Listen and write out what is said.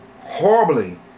horribly